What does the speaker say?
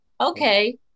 okay